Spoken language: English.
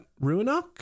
Ruinok